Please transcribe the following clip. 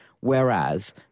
Whereas